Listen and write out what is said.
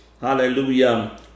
Hallelujah